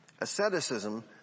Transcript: Asceticism